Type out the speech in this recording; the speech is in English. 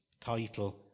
title